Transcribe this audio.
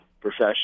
profession